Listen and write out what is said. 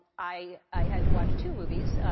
i i had to watch two movies.